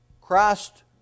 Christ